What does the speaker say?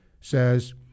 says